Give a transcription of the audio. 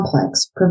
complex